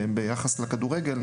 ביחס לכדורגל,